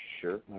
Sure